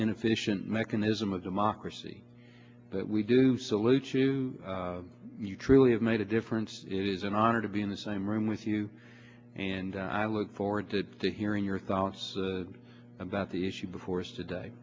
inefficient mechanism of democracy that we do salute to you truly have made a difference it is an honor to be in the same room with you and i look forward to hearing your thoughts about the issue before us today